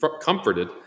comforted